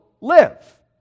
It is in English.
live